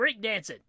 breakdancing